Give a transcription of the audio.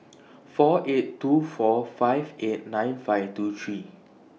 four eight two four five eight nine five two three